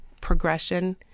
progression